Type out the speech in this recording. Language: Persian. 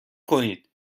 کنید